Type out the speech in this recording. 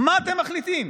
מה אתם מחליטים?